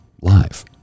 Live